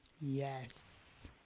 Yes